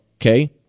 okay